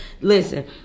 listen